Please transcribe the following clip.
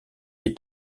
des